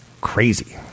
crazy